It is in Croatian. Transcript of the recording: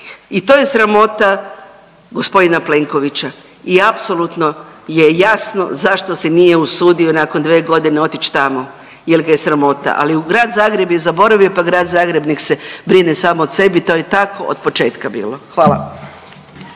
i to je sramota g. Plenkovića i apsolutno je jasno zašto se nije usudio nakon 2.g. otić tamo jel ga je sramota, al u Grad Zagreb je zaboravio, pa Grad Zagreb nek se brine sam o sebi, to je tako otpočetka bilo, hvala.